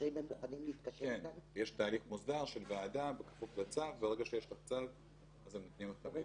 יישמר אצל המפעיל; המפעיל יאמת את פרטי